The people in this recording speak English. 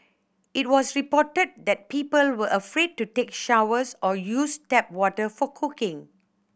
it was reported that people were afraid to take showers or use tap water for cooking